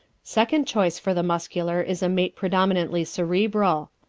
second choice for the muscular is a mate predominantly cerebral.